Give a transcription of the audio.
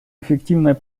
эффективной